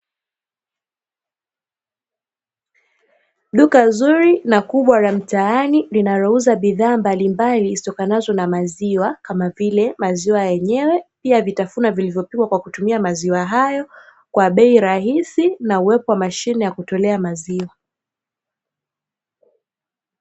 Duka zuri na kubwa la mtaani, linalouza bidhaa mbalimbali zitokanazo na maziwa, kama vile; maziwa yenyewe, pia vitafunwa vilivyopikwa kwa kutumia maziwa hayo kwa bei rahisi na uweo wa mashine ya kutolea maziwa.